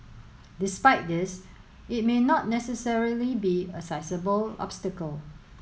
despite this it may not necessarily be a sizeable obstacle